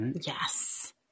yes